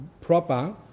proper